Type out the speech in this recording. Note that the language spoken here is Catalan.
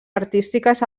artístiques